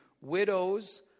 widows